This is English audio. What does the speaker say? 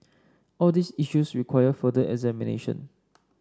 all these issues require further examination